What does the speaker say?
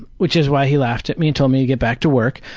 which is why he laughed at me and told me to get back to work.